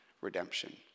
redemption